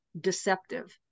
deceptive